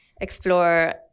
explore